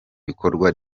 bikorwa